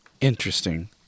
Interesting